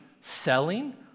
selling